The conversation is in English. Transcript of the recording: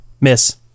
Miss